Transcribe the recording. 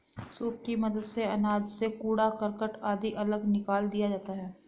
soup की मदद से अनाज से कूड़ा करकट आदि अलग निकाल दिया जाता है